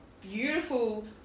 beautiful